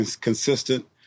consistent